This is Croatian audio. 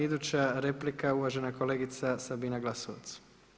Iduća replika, uvažena kolegica Sabina Glasovac.